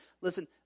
listen